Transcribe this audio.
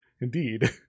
Indeed